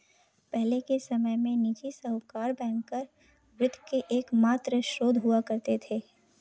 पहले के समय में निजी साहूकर बैंकर वित्त के एकमात्र स्त्रोत हुआ करते थे